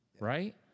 Right